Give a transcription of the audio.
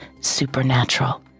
Supernatural